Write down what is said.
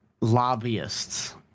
lobbyists